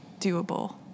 doable